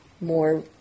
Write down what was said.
more